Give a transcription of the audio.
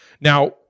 Now